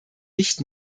nicht